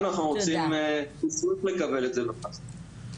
נשמח לקבל את זה בחזרה.